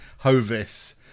hovis